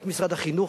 רק משרד החינוך,